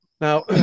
Now